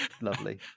Lovely